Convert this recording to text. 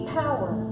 power